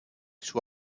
suo